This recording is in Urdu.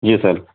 جی سر